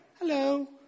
Hello